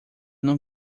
não